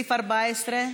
לסעיף 14?